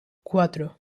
cuatro